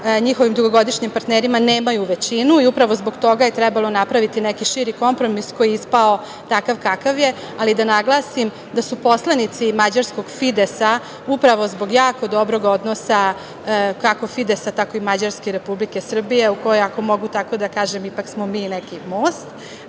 njihovim dugogodišnjim partnerima nemaju većinu i upravo zbog toga je trebalo napraviti neki širi kompromis koji je ispao takav kakav je, ali da naglasim da su poslanici mađarskog FIDESA upravo zbog jako dobrog odnosa, kako FIDESA, tako i Mađarske i Republike Srbije, ako mogu tako da kažem ipak smo mi neki most